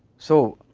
so,